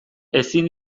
ezin